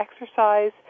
exercise